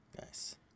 Nice